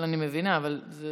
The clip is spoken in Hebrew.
אני מבינה, אבל זה